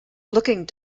looking